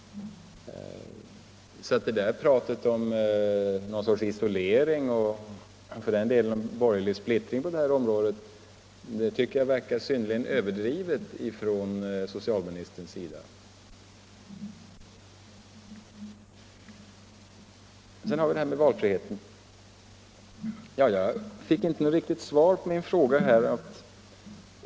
Pratet från socialministerns sida om någon sorts isolering och borgerlig splittring på det här området verkar synnerligen överdrivet. Sedan var det valfriheten. Jag fick inte något riktigt svar på min fråga.